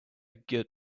good